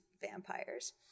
vampires